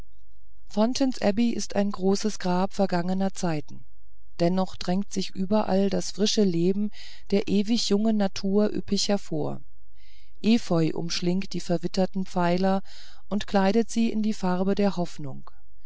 fountains abbey ist ein großes grab vergangener zeiten dennoch drängt sich überall das frische leben der ewig jungen natur üppig hervor efeu umschlingt die verwitternden pfeiler und kleidet sie in die farbe der hoffnung